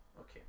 Okay